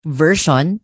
version